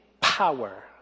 power